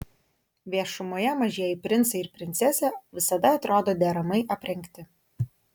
viešumoje mažieji princai ir princesė visada atrodo deramai aprengti